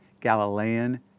Galilean